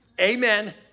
Amen